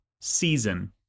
season